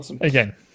again